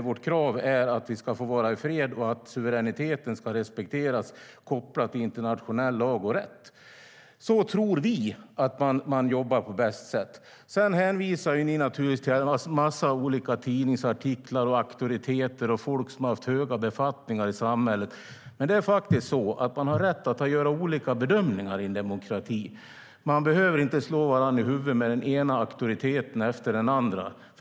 Vårt krav är att Sverige ska få vara i fred, att suveräniteten ska respekteras kopplat till internationell lag och rätt. Så tror vi att man jobbar på bästa sätt. Sedan hänvisar ni naturligtvis till en mängd olika tidningsartiklar, auktoriteter och folk som har haft höga befattningar i samhället. Men man har rätt att göra olika bedömningar i en demokrati. Man behöver inte slå varandra i huvudet med den ena auktoriteten efter den andra.